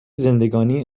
زندگانی